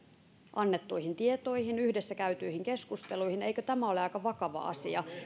annettuihin tietoihin yhdessä käytyihin keskusteluihin eikö tämä ole aika vakava asia